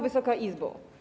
Wysoka Izbo!